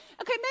okay